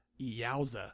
yowza